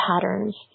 patterns